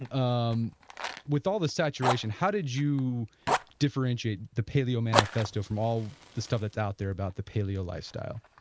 and um with all the saturation, how did you differentiate the paleo manifesto from all the stuff that's out there about the paleo lifestyle?